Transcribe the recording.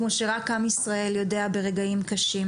כמו שרק עם ישראל יודע ברגעים קשים,